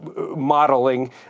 modeling